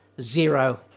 zero